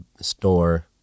store